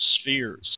spheres